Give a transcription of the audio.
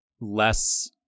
less